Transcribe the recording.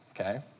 Okay